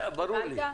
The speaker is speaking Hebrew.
ברור לי.